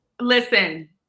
Listen